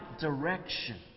direction